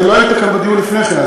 אתה לא היית כאן בדיון לפני כן,